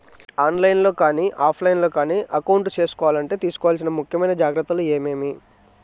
On line లో కానీ offline లో కానీ అకౌంట్ సేసుకోవాలంటే తీసుకోవాల్సిన ముఖ్యమైన జాగ్రత్తలు ఏమేమి?